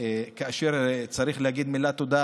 וכאשר צריך להגיד מילת תודה,